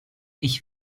ich